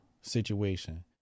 Situation